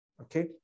okay